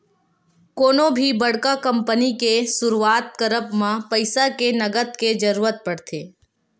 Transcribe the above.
कोनो भी बड़का कंपनी के सुरुवात करब म पइसा के नँगत के जरुरत पड़थे